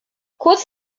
kurz